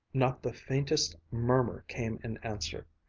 not the faintest murmur came in answer.